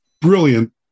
brilliant